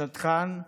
השדכן,